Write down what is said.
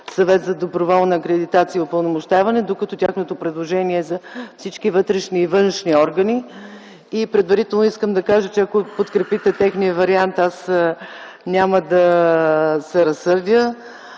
съвет за доброволна акредитация и упълномощаване, докато тяхното предложение е за всички вътрешни и външни органи. Предварително искам да кажа, че ако подкрепите техния вариант, няма да се разсърдя.